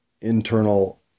internal